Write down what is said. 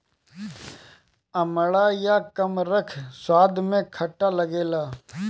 अमड़ा या कमरख स्वाद में खट्ट लागेला